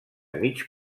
mig